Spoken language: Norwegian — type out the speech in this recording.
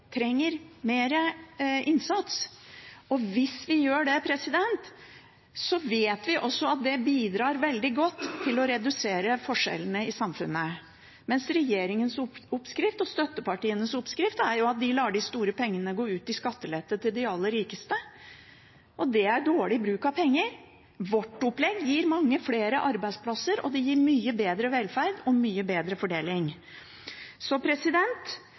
trenger mer innsats, og hvis vi gjør den innsatsen, vet vi at det bidrar veldig godt til å redusere forskjellene i samfunnet. Men regjeringens og støttepartienes oppskrift er å la de store pengene gå ut i skattelette til de aller rikeste. Det er dårlig bruk av penger. Vårt opplegg gir mange flere arbeidsplasser, og det gir mye bedre velferd og mye bedre fordeling.